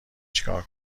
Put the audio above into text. چیکار